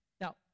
Now